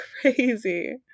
crazy